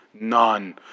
None